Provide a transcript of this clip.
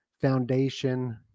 Foundation